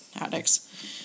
addicts